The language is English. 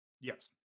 Yes